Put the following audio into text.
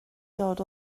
dod